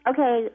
Okay